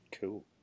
Cool